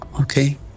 Okay